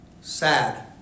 Sad